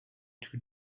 too